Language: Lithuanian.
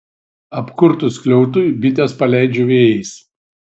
apkurtus skliautui bites paleidžiu vėjais